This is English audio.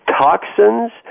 toxins